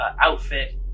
outfit